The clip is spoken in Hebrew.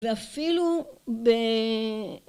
‫ואפילו ב...